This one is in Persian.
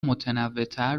متنوعتر